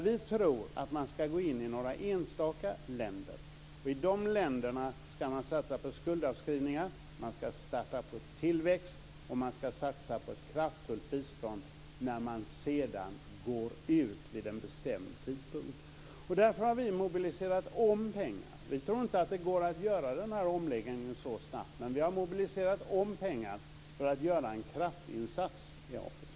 Vi tror att man ska gå in i några enstaka länder, och i de länderna ska man satsa på skuldavskrivningar, satsa på tillväxt och satsa på ett kraftfullt bistånd när man sedan går ut vid en bestämd tidpunkt. Därför har vi mobiliserat om pengar. Vi tror inte att det går att göra omläggningen så snabbt, men vi har mobiliserat om pengar för att göra en kraftinsats i Afrika.